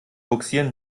bugsieren